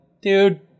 dude